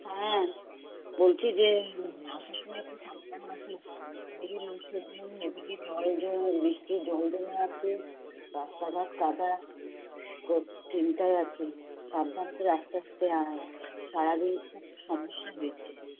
হ্যাঁ বলছি যে আসার সময় একটু সাবধানে আসিস এদিকে লোডশেডিং এদিকে জল জমে বৃষ্টির জল জমে আছে রাস্তাঘাট কাদা খুব চিন্তায় আছি সাবধানে তুই আস্তে আস্তে আয় সারা দিন খুব সমস্যা হয়েছে